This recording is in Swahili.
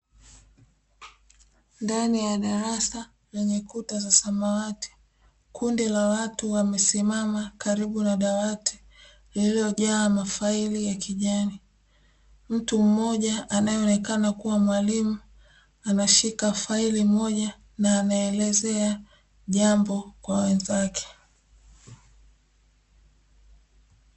Ndani ya darasa lenye kuta za samawati kundi la watu wamesimama karibu na dawati lililojaa mafaili ya kijani, mtu mmoja anyeonekana kuwa mwalimu anashika faili moja na anaelezea jambo kwa wenzake.